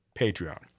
Patreon